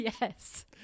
yes